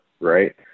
right